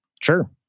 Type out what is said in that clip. Sure